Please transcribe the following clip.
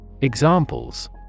Examples